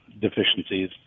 deficiencies